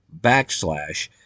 backslash